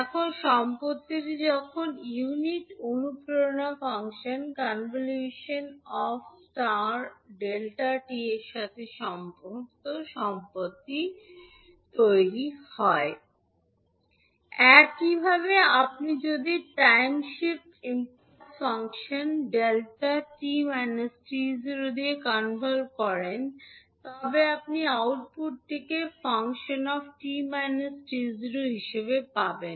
এখন সম্পত্তিটি যখন ইউনিট অনুপ্রেরণা ফাংশন conv 𝑡 ∗ 𝛿 𝑡 এর সাথে সংহত হয় তখন সম্পত্তি একইভাবে আপনি যদি টাইম শিফ্ট ইমপালস ফাংশন 𝛿 𝑡 𝑡0 দিয়ে কনভলভ করছেন তবে আপনি আউটপুটটিকে 𝑓 𝑡 𝑡0 হিসাবে পাবেন